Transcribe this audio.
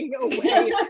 away